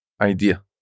idea